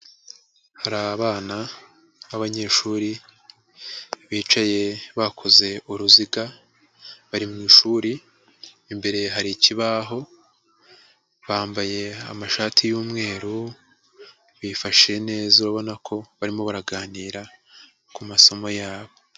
Hari abana b'abanyeshuri bicaye bakoze uruziga bari mu ishuri, imbere hari ikibaho bambaye amashati y'umweru, bifashe neza urabona ko barimo baraganira ku masomo yabo.